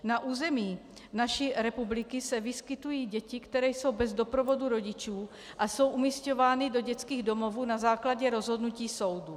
Na území naší republiky se vyskytují děti, které jsou bez doprovodu rodičů a jsou umísťovány do dětských domovů na základě rozhodnutí soudu.